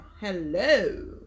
Hello